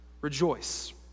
rejoice